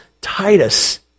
Titus